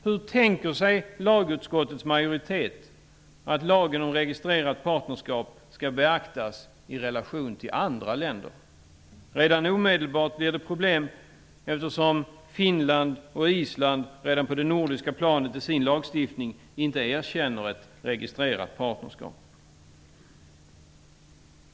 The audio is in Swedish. Hur tänker sig lagutskottets majoritet att lagen om registrerat partnerskap skall beaktas i relation till andra länder? Det blir omedelbart problem, eftersom Finland och Island redan på det nordiska planet i sin lagstiftning inte erkänner ett registrerat partnerskap.